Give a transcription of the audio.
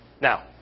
Now